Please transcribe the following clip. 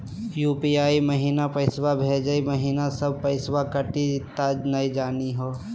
UPI महिना पैसवा भेजै महिना सब पैसवा कटी त नै जाही हो?